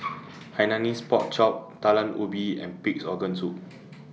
Hainanese Pork Chop Talam Ubi and Pig'S Organ Soup